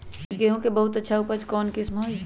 गेंहू के बहुत अच्छा उपज कौन किस्म होई?